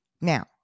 Now